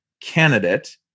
candidate